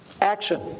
Action